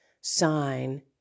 sign